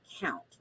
count